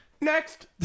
Next